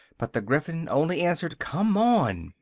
but the gryphon only answered come on!